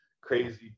crazy